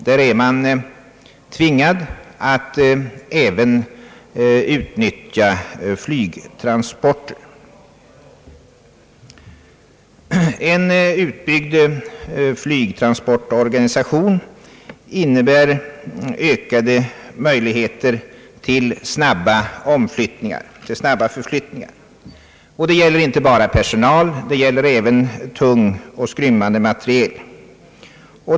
Där är man tvingad att även utnyttja flygtransporter. En utbyggd flygtransportorganisation innebär ökade möjligheter till snabba förflyttningar. Det gäller inte bara personal utan även tung och skrymmande materiel.